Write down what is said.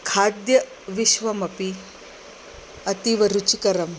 खाद्यविश्वमपि अतीवरुचिकरम्